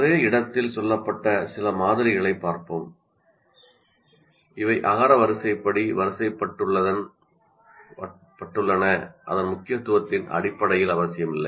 ஒரே இடத்தில் சொல்லப்பட்ட சில மாதிரிகளைப் பார்ப்போம் இவை அகர வரிசைப்படி அதன் முக்கியத்துவத்தின் அடிப்படையில் அவசியமில்லை